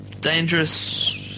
Dangerous